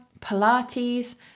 Pilates